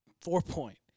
four-point